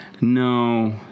No